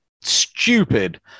stupid